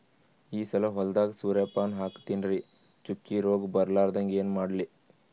ಈ ಸಲ ಹೊಲದಾಗ ಸೂರ್ಯಪಾನ ಹಾಕತಿನರಿ, ಚುಕ್ಕಿ ರೋಗ ಬರಲಾರದಂಗ ಏನ ಮಾಡ್ಲಿ?